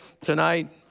tonight